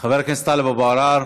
חבר הכנסת טלב אבו עראר,